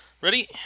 Ready